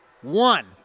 one